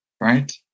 right